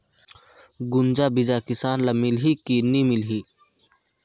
गुनजा बिजा किसान ल मिलही की नी मिलही?